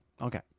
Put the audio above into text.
Okay